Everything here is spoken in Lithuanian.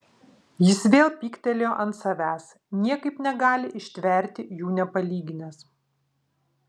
jis vėl pyktelėjo ant savęs niekaip negali ištverti jų nepalyginęs